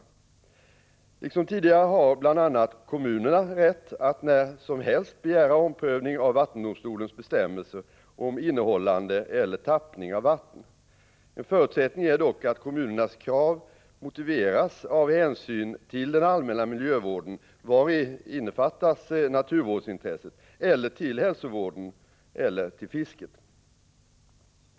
Liksom tidigare har bl.a. kommunerna rätt att när som helst begära omprövning av vattendomstolens bestämmelser om innehållande eller tappning av vatten. En förutsättning är dock att kommunernas krav motiveras av hänsyn till den allmänna miljövården, vari innefattas naturvårdsintresset, eller till hälsovården eller fisket.